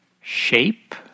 shape